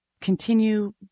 continue